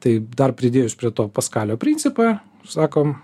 tai dar pridėjus prie to paskalio principą sakom